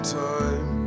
time